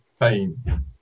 pain